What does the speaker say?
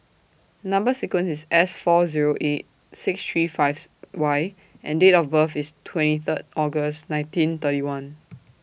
Number sequence IS S four Zero eight six three Fifth Y and Date of birth IS twenty Third August nineteen thirty one